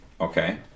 Okay